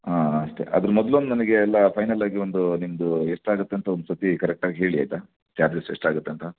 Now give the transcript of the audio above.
ಹಾಂ ಹಾಂ ಅಷ್ಟೆ ಅದರ ಮೊದ್ಲು ಒಂದು ನನಗೆ ಎಲ್ಲ ಫೈನಲ್ ಆಗಿ ಒಂದು ನಿಮ್ಮದು ಎಷ್ಟು ಆಗುತ್ತೆ ಅಂತ ಒಂದ್ಸತಿ ಕರೆಕ್ಟಾಗಿ ಹೇಳಿ ಆಯಿತಾ ಚಾರ್ಜಸ್ ಎಷ್ಟು ಆಗುತ್ತೆ ಅಂತ